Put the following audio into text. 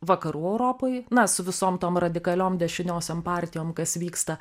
vakarų europoj na su visom tom radikaliom dešiniosiom partijom kas vyksta